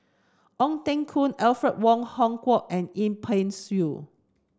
Ong Teng Koon Alfred Wong Hong Kwok and Yip Pin Xiu